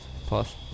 Plus